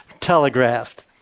telegraphed